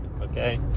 Okay